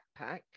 backpack